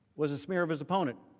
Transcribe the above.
was a smear of his opponent